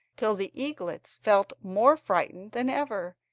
till the eaglets felt more frightened than ever,